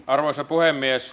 arvoisa puhemies